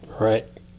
right